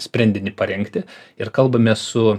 sprendinį parengti ir kalbamės su